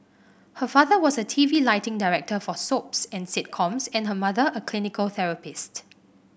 her father was a T V lighting director for soaps and sitcoms and her mother a clinical therapist